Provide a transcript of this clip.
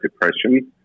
Depression